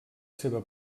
seva